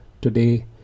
today